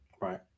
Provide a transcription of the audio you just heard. Right